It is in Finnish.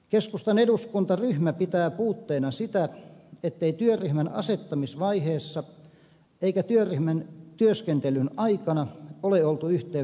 keskustan eduskuntaryhmä pitää puutteena sitä ettei työryhmän asettamisvaiheessa eikä työryhmän työskentelyn aikana ole oltu yhteyksissä sidosryhmiin